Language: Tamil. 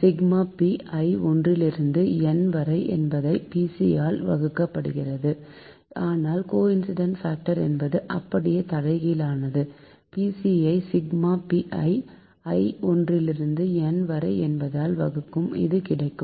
சிக்மா pi i ஒன்றிலிருந்து n வரை என்பதை P c யால் வகுக்க கிடைப்பது ஆனால் கோஇன்சிடென்ட் பாக்டர் என்பது அப்படியே தலைகீழானது Pc யை சிக்மா pi i ஒன்றிலிருந்து n வரை என்பதால் வகுக்க இது கிடைக்கும்